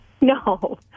No